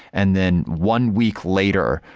and then one week later,